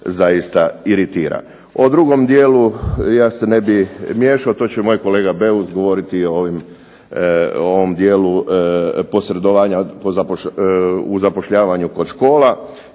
zaista iritira. O drugom dijelu ja se ne bih miješao. To će moj kolega Beus govoriti o ovom dijelu posredovanja u zapošljavanju kod škola